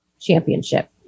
championship